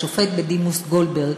השופט בדימוס גולדברג,